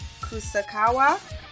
Kusakawa